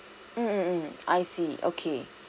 mm mm mm I see okay